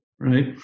right